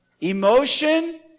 Emotion